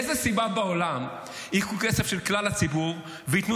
מאיזו סיבה בעולם ייקחו כסף של כלל הציבור וייתנו